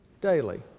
daily